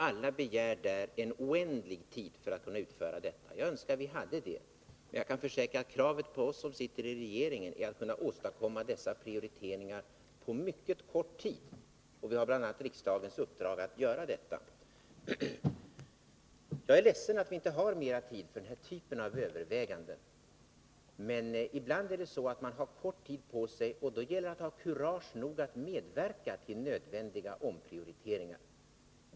Alla begär en oändlig tid för att kunna göra dem. Jag önskar att vi hade den tiden. Men jag kan försäkra att kravet på oss som sitter i regeringen är att kunna åstadkomma dessa prioriteringar på mycket kort tid. Vi har bl.a. riksdagens uppdrag att göra det. Jag är ledsen att vi inte har mer tid för den typen av överväganden som det här är fråga om. Ibland är det så att man har kort tid på sig, men då gäller det att ha kurage nog att medverka till nödvändiga omprioriteringar.